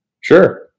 Sure